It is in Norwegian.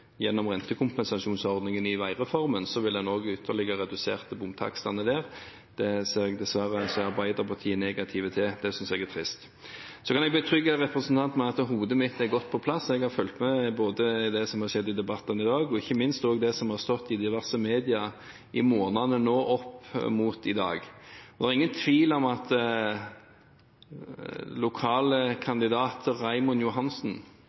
Gjennom rentekompensasjonsordningen i veireformen vil en også ytterligere redusere bomtakstene der. Det ser jeg Arbeiderpartiet dessverre er negative til. Det synes jeg er trist. Jeg kan betrygge representanten med at hodet mitt er godt på plass. Jeg har fulgt med både i det som har skjedd i debatten i dag, og ikke minst også det som har stått i diverse medier i månedene fram mot i dag. Det er ingen tvil om at lokal kandidat Raymond Johansen